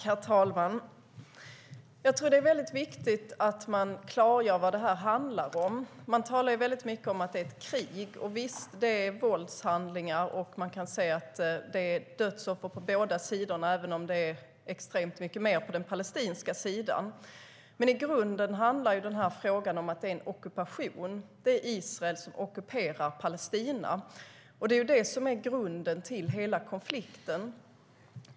Herr talman! Det är viktigt att klargöra vad detta handlar om. Man talar mycket om att det är ett krig. Visst, det är våldshandlingar, och det är dödsoffer på båda sidorna även om det är extremt mycket mer på den palestinska sidan. I grunden handlar det dock om en ockupation. Israel ockuperar Palestina. Det är grunden till hela konflikten.